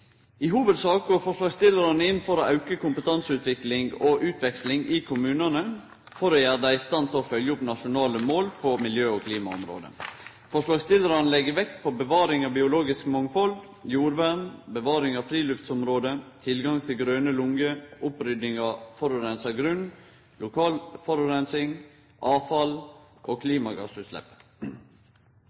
hovudsak går forslagsstillarane inn for å auke kompetanseutvikling og -utveksling i kommunane for å gjere dei i stand til å følgje opp nasjonale mål på miljø- og klimaområdet. Forslagsstillarane legg vekt på bevaring av biologisk mangfald, jordvern, bevaring av friluftsområde, tilgang på grøne lunger, opprydding av forureina grunn, lokal luftforureining, avfall og